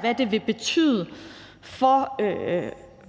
hvad det vil betyde for